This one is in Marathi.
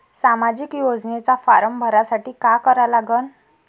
सामाजिक योजनेचा फारम भरासाठी का करा लागन?